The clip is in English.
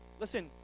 Listen